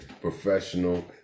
professional